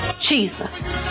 Jesus